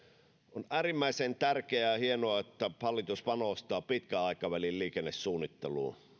on äärimmäisen tärkeää ja hienoa että hallitus panostaa pitkän aikavälin liikennesuunnitteluun